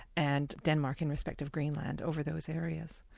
and denmark in respect of greenland over those areas.